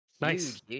nice